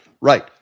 Right